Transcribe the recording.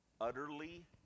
utterly